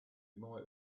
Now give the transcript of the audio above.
might